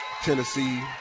Tennessee